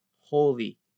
holy